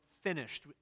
finished